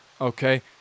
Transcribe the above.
okay